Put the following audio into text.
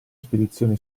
spedizione